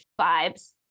vibes